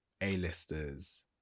A-listers